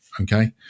okay